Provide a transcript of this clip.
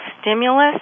stimulus